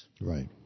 Right